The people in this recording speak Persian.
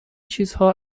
چیزها